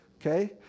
Okay